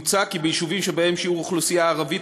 כן מוצע כי ביישובים שבהם שיעור האוכלוסייה הערבית,